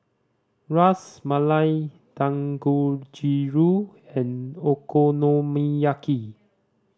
Ras Malai Dangojiru and Okonomiyaki